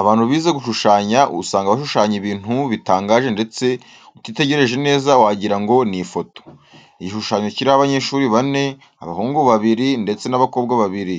Abantu bize gushushanya usanga bashushanya ibintu bitangaje ndetse utitegereje neza wagira ngo ni ifoto. Igishushanyo kiriho abanyeshuri bane, abahungu babiri, ndetse n'abakobwa babiri.